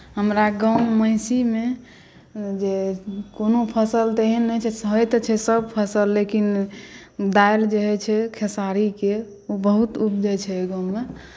हमरा गाँव महिषीमे जे कोनो फसल तेहन नहि छै जे होइत तऽ छै सभ फसल लेकिन दालि जे होइत छै खेसारीके ओ बहुत उपजैत छै ओहि गाँवमे